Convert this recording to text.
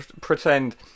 pretend